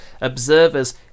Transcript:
observers